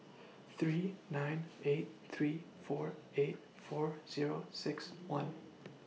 three nine eight three four eight four Zero six one